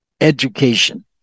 education